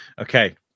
okay